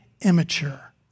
immature